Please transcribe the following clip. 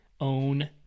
own